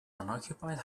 unoccupied